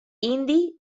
indi